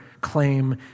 claim